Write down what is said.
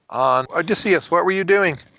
on odysseus, what were you doing?